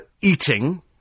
eating